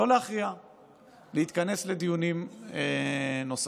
לא להכריע אלא להתכנס לדיונים נוספים,